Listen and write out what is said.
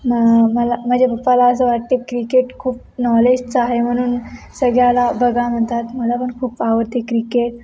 म मला माझ्या पप्पाला असं वाटते क्रिकेट खूप नॉलेजचं आहे म्हणून सगळ्याला बघा म्हणतात मला पण खूप आवडते क्रिकेट